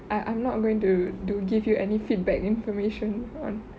I I'm not going to do give you any feedback information on